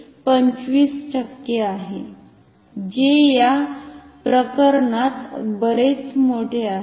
तर हे 25 टक्के आहे जे या प्रकरणात बरेच मोठे आहे